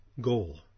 goal